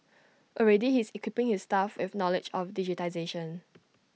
already he is equipping his staff with knowledge of digitisation